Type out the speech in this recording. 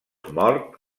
mort